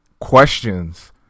questions